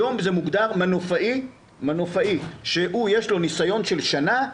היום זה מוגדר מנופאי שיש לו ניסיון של שנה,